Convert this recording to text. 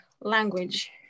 language